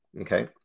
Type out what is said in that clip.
okay